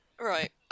Right